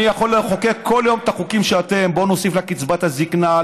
אני יכול לחוקק כל יום את החוקים שלכם: בואו נוסיף לקצבת הזקנה,